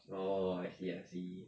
oh I see I see